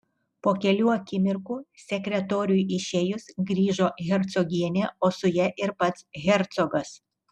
po kelių akimirkų sekretoriui išėjus grįžo hercogienė o su ja ir pats hercogas